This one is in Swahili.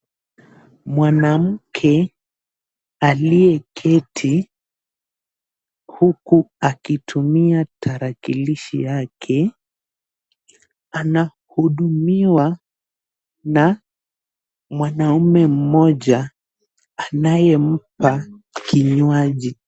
Mwanamke aliyeketi huku akitumia tarakilishi yake anahudumiwa na mwanamume mmoja anayempa kinywaji.